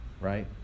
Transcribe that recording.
right